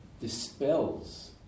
dispels